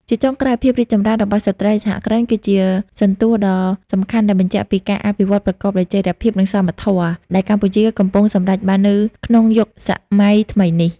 ជាចុងក្រោយ ភាពរីកចម្រើនរបស់ស្ត្រីសហគ្រិន គឺជាសន្ទស្សន៍ដ៏សំខាន់ដែលបញ្ជាក់ពីការអភិវឌ្ឍប្រកបដោយចីរភាព និងសមធម៌ ដែលកម្ពុជាកំពុងសម្រេចបាននៅក្នុងយុគសម័យថ្មីនេះ។